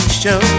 show